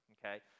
okay